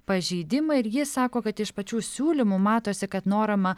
pažeidimai ir ji sako kad iš pačių siūlymų matosi kad norama